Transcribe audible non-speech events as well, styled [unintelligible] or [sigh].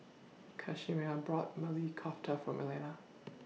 [unintelligible] brought Maili Kofta For Melina [noise]